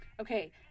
Okay